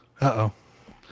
uh-oh